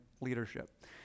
leadership